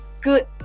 good